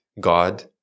God